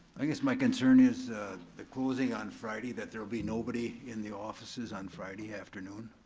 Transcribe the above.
i guess my concern is the closing on friday that there will be nobody in the offices on friday afternoon.